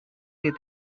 their